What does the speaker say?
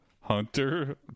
Hunter